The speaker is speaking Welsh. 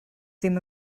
ddim